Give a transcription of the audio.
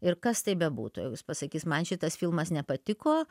ir kas tai bebūtų jeigu jis pasakys man šitas filmas nepatiko